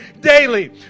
daily